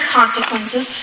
consequences